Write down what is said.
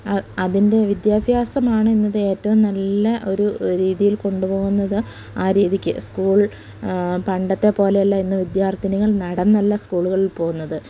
അ അതിൻ്റെ വിദ്യാഭ്യാസമാണ് എന്നത് ഏറ്റവും നല്ല ഒരു രീതിയിൽ കൊണ്ടുപോകുന്നത് ആ രീതിക്ക് സ്കൂൾ പണ്ടത്തെ പോലെയല്ല ഇന്ന് വിദ്യാർത്ഥിനികൾ നടന്നല്ല സ്കൂളുകളിൽ പോകുന്നത്